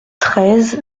treize